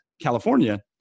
California